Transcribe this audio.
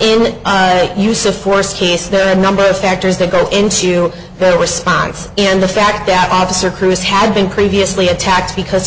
in the use of force case there are a number of factors that go into the response and the fact that officer crews had been previously attacks because